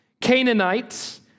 Canaanites